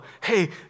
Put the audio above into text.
hey